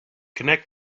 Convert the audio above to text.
connect